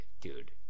dude